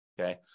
Okay